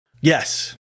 Yes